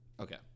Okay